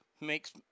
Makes